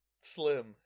slim